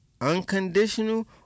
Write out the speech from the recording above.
unconditional